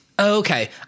Okay